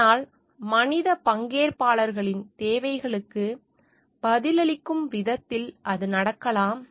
ஆனால் மனித பங்கேற்பாளர்களின் தேவைகளுக்கு பதிலளிக்கும் விதத்தில் அது நடக்கலாம்